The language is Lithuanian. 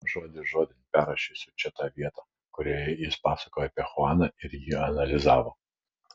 žodis žodin perrašysiu čia tą vietą kurioje jis pasakojo apie chuaną ir jį analizavo